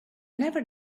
never